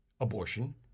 abortion